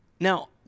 Now